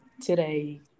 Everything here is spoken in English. today